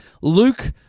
Luke